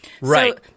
right